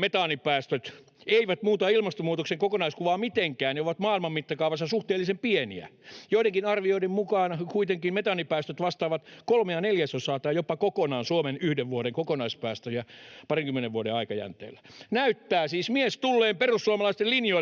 — metaanipäästöt eivät muuta ilmastonmuutoksen kokonaiskuvaa mitenkään: ”Ne ovat maailman mittakaavassa suhteellisen pieniä. Joidenkin arvioiden mukaan kuitenkin metaanipäästöt vastaavat kolmea neljäs-osaa tai jopa kokonaan Suomen yhden vuoden kokonaispäästöjä parinkymmenen vuoden aikajänteellä.” Näyttää siis mies tulleen perussuomalaisten linjoille